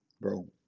bro